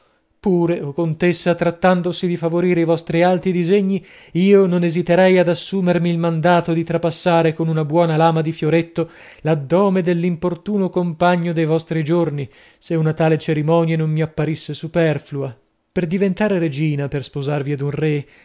pure o contessa trattandosi di favorire i vostri alti disegni io non esiterei ad assumermi il mandato di trapassare con una buona lama di fioretto l'addome dell'importuno compagno de vostri giorni se una tale cerimonia non mi apparisse superflua per diventare regina per sposarvi ad un re